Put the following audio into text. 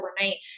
overnight